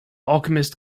alchemist